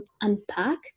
unpack